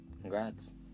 congrats